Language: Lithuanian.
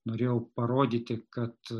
norėjau parodyti kad